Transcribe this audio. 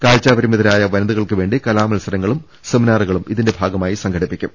കാഴ്ചാ പരിമിതരായ വനിതകൾക്ക് വേണ്ടി കലാമത്സര ങ്ങളും സെമിനാറുകളും ഇതിന്റെ ഭാഗമായി സംഘടിപ്പിക്കും